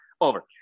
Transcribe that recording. over